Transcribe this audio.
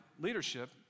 leadership